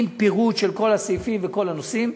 עם פירוט של כל הסעיפים וכל הנושאים.